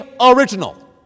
original